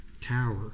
tower